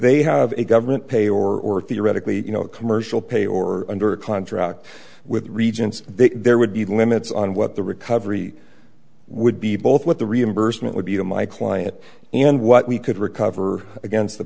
they have a government pay or theoretically you know commercial pay or under contract with regents there would be limits on what the recovery would be both what the reimbursement would be to my client and what we could recover against the